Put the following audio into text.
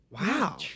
Wow